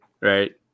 Right